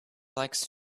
likes